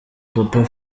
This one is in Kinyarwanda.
papa